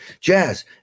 jazz